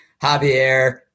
Javier